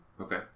Okay